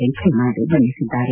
ವೆಂಕಯ್ಯ ನಾಯ್ಡು ಬಣ್ಣೆಸಿದ್ದಾರೆ